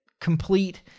complete